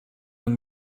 noch